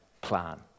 plan